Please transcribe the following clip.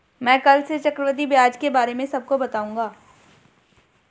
मैं कल से चक्रवृद्धि ब्याज के बारे में सबको बताऊंगा